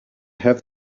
have